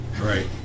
Right